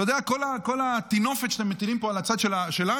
אתה יודע, כל הטינופת שאתם מטילים פה על הצד שלנו,